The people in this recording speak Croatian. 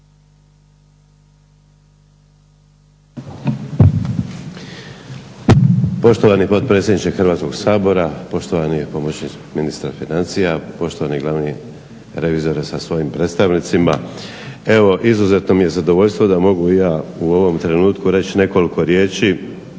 Poštovani potpredsjedniče Hrvatskog sabora, poštovani pomoćnik ministra financija, poštovani glavni revizore sa svojim predstavnicima. Izuzetno mi je zadovoljstvo da mogu ja u ovome trenutku reći nekoliko riječi